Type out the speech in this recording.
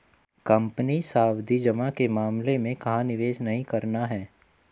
Company सावधि जमा के मामले में कहाँ निवेश नहीं करना है?